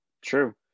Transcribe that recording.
True